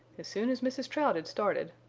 as soon as mrs. trout had started,